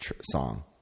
song